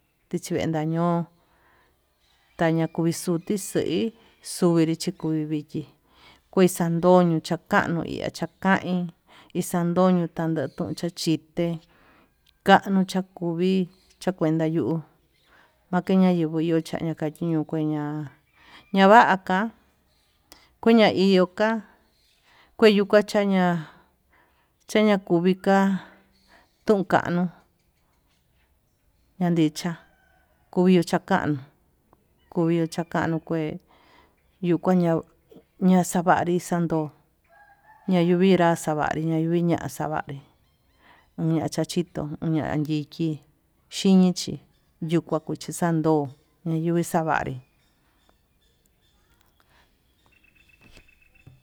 Tichi ven ndaño'o taña kui xuti xeí xuvinri chikuvi vikii, kuexandoño chakaño hi ñachakain xandoño takeyu chi chité kanuu chakuvi chakuenta yuu makeña yeguu yuu chaka chakiño kuenta ña'a ñavaka kueña iho ka'a kuyuu kua chaña'a, chaña kuvi ka'a tunkanu nandicha, koyuu chakano kuyuu chakanu kue yuu kuañan ñaxavanri chandó ñayuvinra xavañi ñañuvinrá viña xavai unña chachito uña'a chanyiki chinichi yuu kuau chin xandó ñayuvi xavanrí.